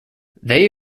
they